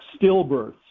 stillbirths